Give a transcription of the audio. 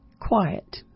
Quiet